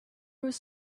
was